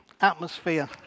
atmosphere